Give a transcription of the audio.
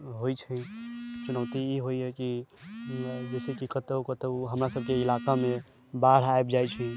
होइ छै चुनौती ई होइए कि जैसे कि कतौ कतौ हमरा सबके इलाकामे बाढ़ि आबि जाइ छै